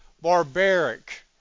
barbaric